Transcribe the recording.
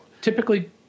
typically